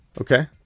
Okay